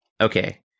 Okay